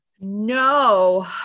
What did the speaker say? No